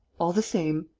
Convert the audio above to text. all the same,